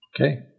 Okay